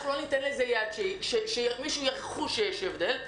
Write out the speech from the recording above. אנחנו לא ניתן שמישהו יחוש שיש הבדל.